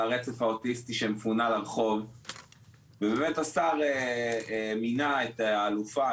הרצף האוטיסטי שמפונה לרחוב ובאמת השר מינה את האלופה,